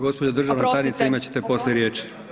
Gospođo državna tajnice imat ćete poslije riječ.